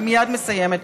אני מייד מסיימת,